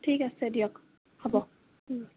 ঠিক আছে দিয়ক হ'ব